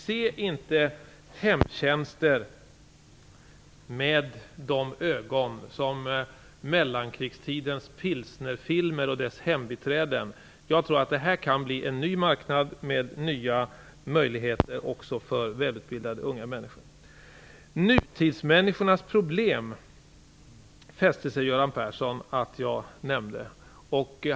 Se inte hemtjänster på samma sätt som mellankrigstidens pilsnerfilmer med dess hembiträden gjorde. Jag tror att detta kan bli en ny marknad med nya möjligheter också för välutbildade, unga människor. Göran Persson fäste sig vid att jag nämnde nutidsmänniskornas problem.